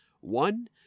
One